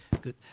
Good